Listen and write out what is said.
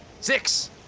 Six